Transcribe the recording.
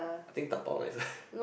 I think dabao nicer